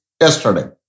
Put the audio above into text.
yesterday